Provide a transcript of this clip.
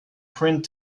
print